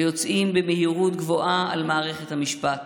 ויוצאים במהירות גבוהה על מערכת המשפט.